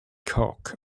cock